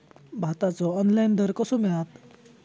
भाताचो ऑनलाइन दर कसो मिळात?